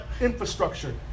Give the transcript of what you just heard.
infrastructure